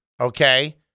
okay